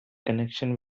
connection